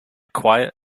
quiet